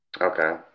okay